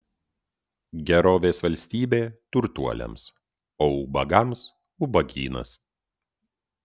gerovės valstybė turtuoliams o ubagams ubagynas